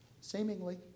Seemingly